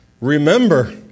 remember